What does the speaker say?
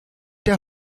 der